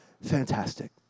Fantastic